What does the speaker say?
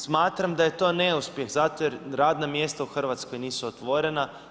Smatram da je to neuspjeh, zato jer radna mjesta u Hrvatskoj nisu otvorena.